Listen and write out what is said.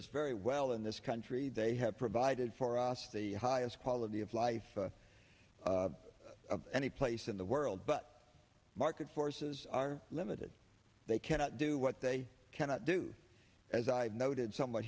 us very well in this country they have provided for us the highest quality of life of any place in the world but market forces are limited they cannot do what they cannot do as i've noted somewhat